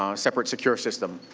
um separate secure system.